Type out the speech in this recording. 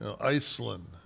Iceland